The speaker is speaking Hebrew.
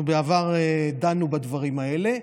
אנחנו בעבר דנו בדברים האלה.